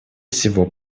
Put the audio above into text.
всего